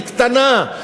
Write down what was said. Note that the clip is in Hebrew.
היא קטנה,